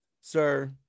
sir